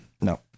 No